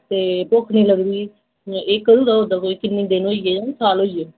ते भुक्ख निं लगदी एह् कदूं दा होआ दा तुसेंगी किन्ने दिन होई गे साल होई गे